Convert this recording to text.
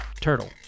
Turtle